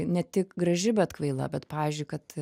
ne tik graži bet kvaila bet pavyzdžiui kad